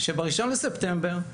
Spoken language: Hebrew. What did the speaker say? שב-1 לספטמבר,